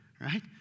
right